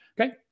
Okay